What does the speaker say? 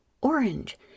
orange